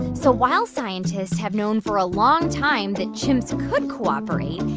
so while scientists have known for a long time that chimps could cooperate,